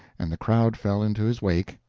and the crowd fell into his wake,